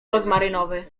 rozmarynowy